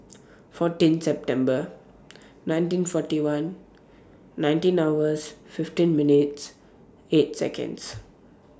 fourteen September nineteen forty one nineteen hours fifteen minutes eight Seconds